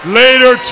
later